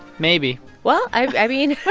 maybe well, i mean.